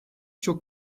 çok